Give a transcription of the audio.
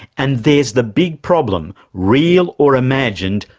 and there's the big problem, real or imagined,